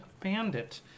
bandit